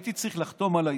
הייתי צריך לחתום על העסקה.